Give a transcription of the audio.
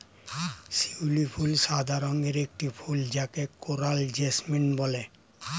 শিউলি ফুল সাদা রঙের একটি ফুল যাকে কোরাল জেসমিন বলে